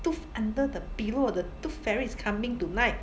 tooth under the pillow the tooth fairy is coming tonight